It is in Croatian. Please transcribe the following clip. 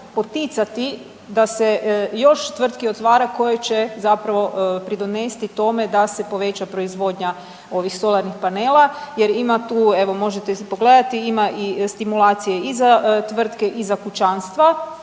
poticati da se još tvrtki otvara koje će zapravo pridonesti tome da se poveća proizvodnja ovih solarnih panela jer ima tu, evo možete si pogledati, ima i stimulacije i za tvrtke i za kućanstva,